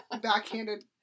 Backhanded